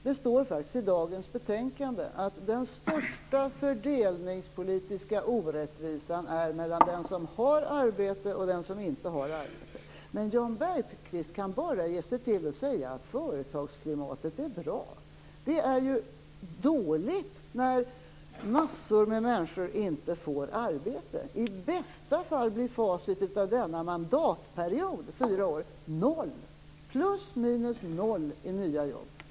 Det står faktiskt i dagens betänkande att den största fördelningspolitiska orättvisan är mellan den som har arbete och den som inte har arbete. Men Jan Bergqvist ger sig till att säga att företagsklimatet är bra. Det är ju dåligt när massor av människor inte får arbete. I bästa fall blir facit av denna mandatperiod på fyra år noll - plus minus noll i nya jobb.